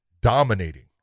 dominating